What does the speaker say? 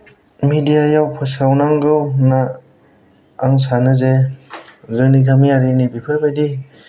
मिडियायाव फोसावनांगौ होनना आं सानो जे जोंनि गामियारिनि बेफोरबायदि